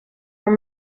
her